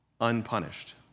unpunished